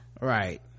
Right